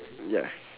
ya